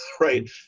right